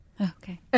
okay